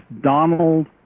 Donald